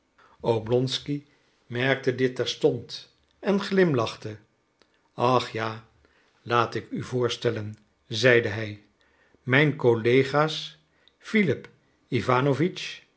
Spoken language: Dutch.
oblonsky bemerkte dit terstond en glimlachte ach ja laat ik u voorstellen zeide hij mijn collega's philip